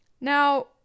Now